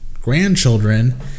grandchildren